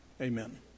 Amen